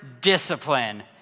discipline